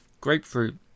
grapefruit